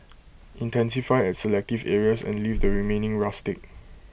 intensify at selective areas and leave the remaining rustic